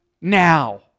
now